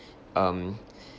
um